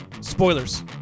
spoilers